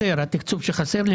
התקצוב שחסר?